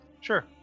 Sure